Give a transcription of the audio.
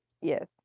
Yes